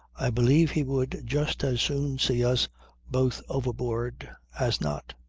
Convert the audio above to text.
i believe he would just as soon see us both overboard as not.